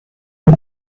dem